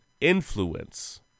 influence